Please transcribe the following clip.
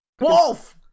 Wolf